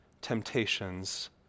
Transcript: temptations